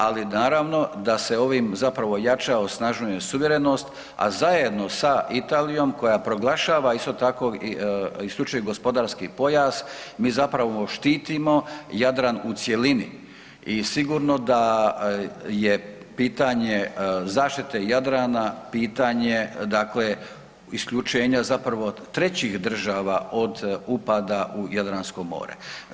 Ali naravno da se ovim zapravo jača i osnažuje suverenost, a zajedno sa Italijom koja proglašava isto tako IGP mi zapravo štitimo Jadran u cjelini i sigurno da je pitanje zaštite Jadrana pitanje dakle isključenja zapravo trećih država od upada u Jadransko more.